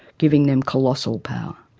giving them colossal power.